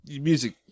music